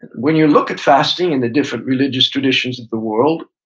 when you look at fasting in the different religious traditions of the world,